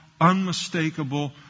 unmistakable